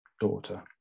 daughter